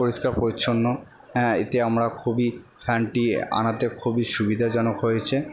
পরিষ্কার পরিচ্ছন্ন হ্যাঁ এতে আমরা খুবই ফ্যানটি আনাতে খুবই সুবিধাজনক হয়েছে